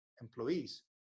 employees